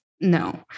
No